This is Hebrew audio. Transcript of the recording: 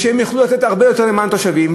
שהן יוכלו לעשות הרבה יותר למען התושבים,